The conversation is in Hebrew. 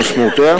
ומשמעויותיה.